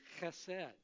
chesed